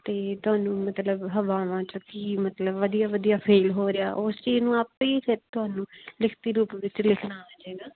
ਅਤੇ ਤੁਹਾਨੂੰ ਮਤਲਬ ਹਵਾਵਾਂ 'ਚ ਕੀ ਮਤਲਬ ਵਧੀਆ ਵਧੀਆ ਫੀਲ ਹੋ ਰਿਹਾ ਉਸ ਚੀਜ਼ ਨੂੰ ਆਪੇ ਹੀ ਫਿਰ ਤੁਹਾਨੂੰ ਲਿਖਤੀ ਰੂਪ ਵਿੱਚ ਲਿਖਣਾ ਆ ਜਾਵੇਗਾ